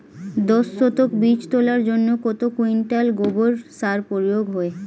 দশ শতক বীজ তলার জন্য কত কুইন্টাল গোবর সার প্রয়োগ হয়?